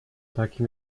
takim